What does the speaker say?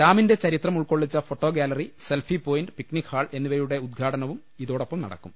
ഡാമിന്റെ ചരിത്രം ഉൾക്കൊള്ളിച്ച photo gallery selfie point picnic hall എന്നിവയും ഉൽഘാടനവും ഇതോടൊപ്പം നടക്കും